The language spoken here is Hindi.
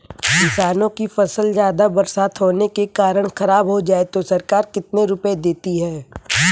किसानों की फसल ज्यादा बरसात होने के कारण खराब हो जाए तो सरकार कितने रुपये देती है?